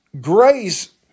grace